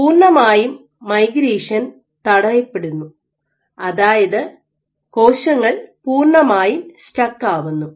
പൂർണമായും മൈഗ്രേഷൻ തടയപ്പെടുന്നു അതായത് കോശങ്ങൾ പൂർണമായും സ്റ്റക്ക് ആവുന്നു